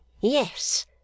Yes